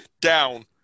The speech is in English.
Down